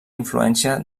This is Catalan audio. influència